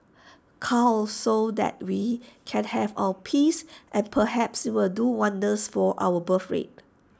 cull so that we can have our peace and perhaps IT will do wonders for our birthrate